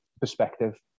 perspective